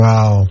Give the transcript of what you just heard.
Wow